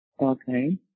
Okay